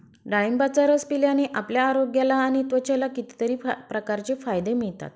डाळिंबाचा रस पिल्याने आपल्या आरोग्याला आणि त्वचेला कितीतरी प्रकारचे फायदे मिळतात